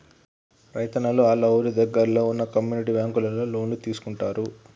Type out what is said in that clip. రైతున్నలు ఆళ్ళ ఊరి దగ్గరలో వున్న కమ్యూనిటీ బ్యాంకులలో లోన్లు తీసుకుంటారు